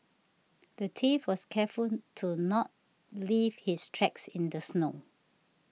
the thief was careful to not leave his tracks in the snow